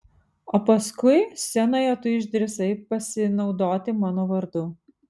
o paskui scenoje tu išdrįsai pasinaudoti mano vardu